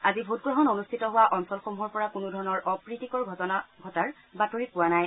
আজি ভোটগ্ৰহণ অনুষ্ঠিত হোৱা অঞ্চলসমূহৰ পৰা কোনোধৰণৰ অপ্ৰীতিকৰ ঘটনা হোৱাৰ বাতৰি পোৱা নাই